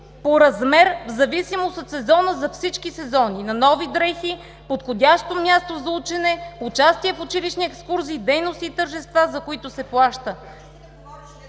по размер, в зависимост от сезона – за всички сезони, на нови дрехи, подходящо място за учене, участие в училищни екскурзии, дейности и тържества, за които се плаща.